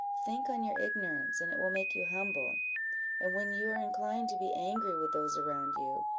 think on your ignorance, and it will make you humble and when you are inclined to be angry with those around you,